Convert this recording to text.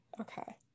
Okay